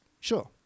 sure